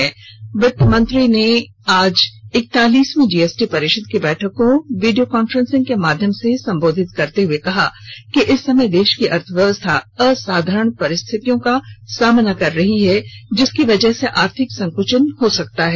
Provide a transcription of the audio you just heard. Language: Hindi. केंद्रीय वित्तमंत्री ने आज इक्कतालीसवीं जीएसटी परिषद की बैठक को वीडियों कांफ्रेंगिंक के माध्यम से संबोधित करते हुए कहा कि इस समय देश की अर्थव्यवस्था आसधारण परिस्थितियों का सामना कर रही है जिसकी वजह से आर्थिक संकृचन हो सकता है